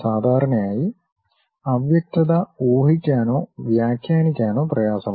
സാധാരണയായി അവ്യക്തത ഊഹിക്കാനോ വ്യാഖ്യാനിക്കാനോ പ്രയാസമാണ്